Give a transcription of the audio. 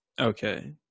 Okay